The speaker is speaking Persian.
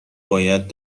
باید